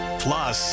plus